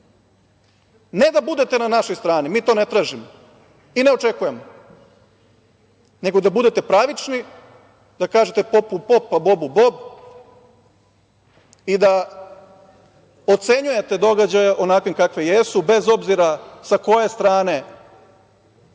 ne da budete na našoj strani, mi to ne tražimo i ne očekujemo, nego da budete pravični, da kažete popu pop, a bobu bob i da ocenjujete događaje onakvim kakvi jesu bez obzira sa koje strane